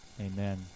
Amen